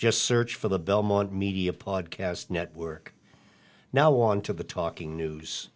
just search for the belmont media podcast network now on to the talking news